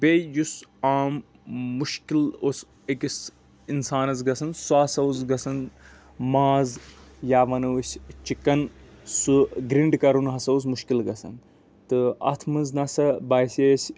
بیٚیہِ یُس عام مُشکِل اوس أکِس اِنسانس گژھان سُہ ہسا اوس گژھان ماز یا ونو أسۍ چِکن سُہ گرنٛڈ کرُن ہسا اوس مُشکِل گژھان تہٕ اَتھ منٛز نسا باسے اَسہِ